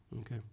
Okay